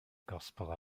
gospel